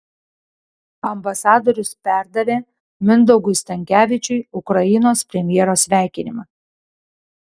ambasadorius perdavė mindaugui stankevičiui ukrainos premjero sveikinimą